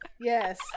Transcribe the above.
Yes